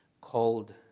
called